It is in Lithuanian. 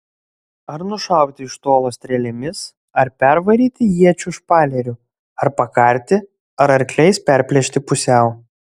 ar nušauti iš tolo strėlėmis ar pervaryti iečių špaleriu ar pakarti ar akliais perplėšti pusiau